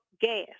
gas